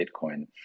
Bitcoin